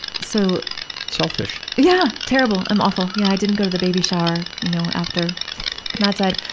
so selfish. yeah. terrible. i'm awful. yeah, i didn't go to the baby shower, you know, after matt died